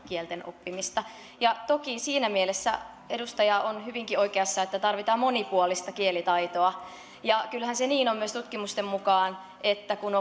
kielten oppimista toki siinä mielessä edustaja on hyvinkin oikeassa että tarvitaan monipuolista kielitaitoa kyllähän se niin on myös tutkimusten mukaan että kun